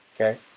Okay